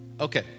Okay